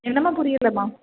என்னம்மா புரியலைம்மா